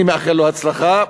אני מאחל לו הצלחה.